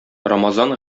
рамазан